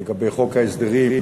לגבי חוק ההסדרים,